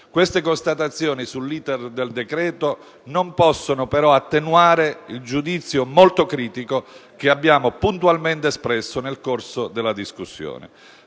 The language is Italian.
Queste constatazioni sull'*iter* del decreto non possono però attenuare il giudizio molto critico che abbiamo puntualmente espresso nel corso della discussione.